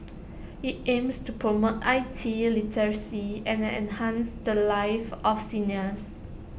IT aims to promote I T literacy and enhance the lives of seniors